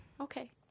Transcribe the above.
Okay